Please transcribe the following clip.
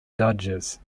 dodgers